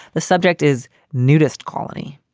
the subject is nudist colony.